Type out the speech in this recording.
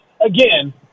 Again